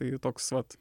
tai toks vat